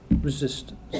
resistance